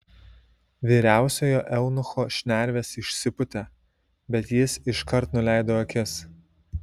vyriausiojo eunucho šnervės išsipūtė bet jis iškart nuleido akis